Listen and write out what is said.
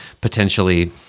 potentially